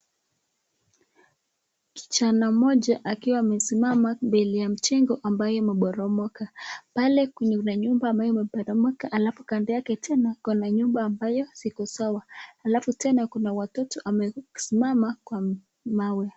Kijana mmoja akiwa amesimama mbele ya mjengo ambayo imeporomoka. Pale kwenye ile nyumba ambayo imeporomoka alafu kando yake tena kuna nyumba ambayo ziko sawa. Alafu tena kuna watoto amesimama kwa mawe.